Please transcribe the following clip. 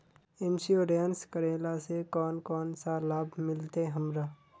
Insurance करेला से कोन कोन सा लाभ मिलते हमरा?